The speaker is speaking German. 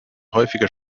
häufiger